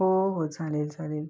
हो हो चालेल चालेल